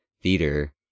theater